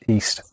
East